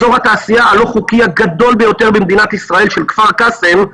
אזור התעשייה הלא חוקי הגדול ביותר בישראל של כפר קאסם,